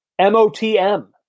MOTM